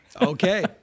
Okay